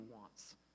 wants